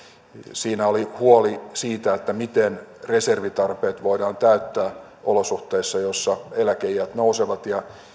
siinä oli huoli siitä miten reservitarpeet voidaan täyttää olosuhteissa joissa eläkeiät nousevat ja